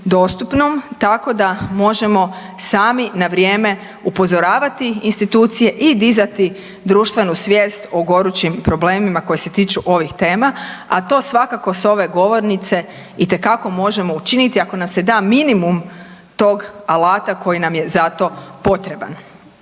dostupnom, tako da možemo sami na vrijeme upozoravati institucije i dizati društvenu svijest o gorućim problemima koji se tiču ovih tema, a to svakako sa ove govornice itekako možemo učiniti ako nam se da minimum tog alata koji nam je za to potreban.